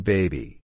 Baby